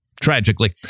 Tragically